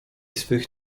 swych